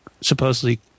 supposedly